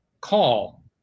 call